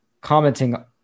commenting